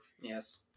Yes